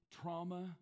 trauma